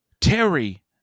Terry